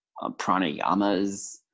pranayamas